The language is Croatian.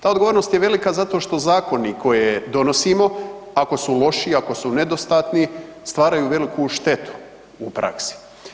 Ta odgovornost je velika zato što zakoni koje donosimo, ako su loši i ako su nedostatni stvaraju veliku štetu u praksi.